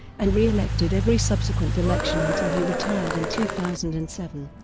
and re-elected every subsequent election until he retired in two thousand and seven.